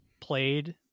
played